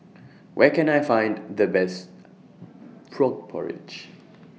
Where Can I Find The Best Frog Porridge